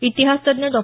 इतिहास तज्ज्ञ डॉ